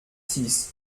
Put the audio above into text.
six